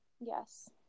yes